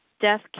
Death